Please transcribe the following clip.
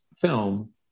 film